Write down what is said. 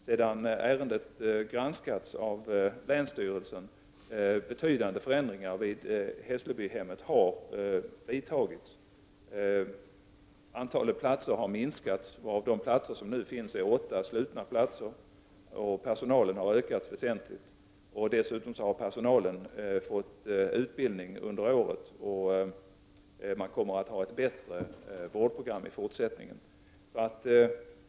Sedan ärendet hade granskats av länsstyrelsen har betydande förändringar vidtagits vid Hesslebyhemmet. Antalet platser har minskats, och av de platser som nu finns är åtta slutna. Personalen har också ökats väsentligt, och dessutom har personalen fått utbildning under året. Man kommer vidare att ha ett bättre vårdprogram i fortsättningen.